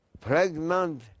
pregnant